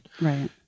Right